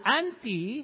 anti